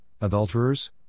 adulterers